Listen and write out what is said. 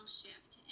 shift